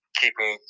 keeping